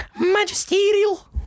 magisterial